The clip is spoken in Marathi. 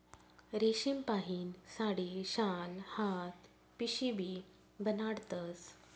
रेशीमपाहीन साडी, शाल, हात पिशीबी बनाडतस